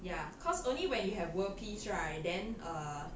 ya cause only when you have world peace right then err